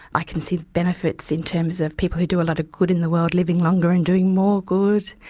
i can see the benefits in terms of people who do a lot of good in the world living longer and doing more good.